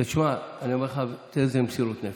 תשמע, אני אומר לך, תראה איזו מסירות נפש.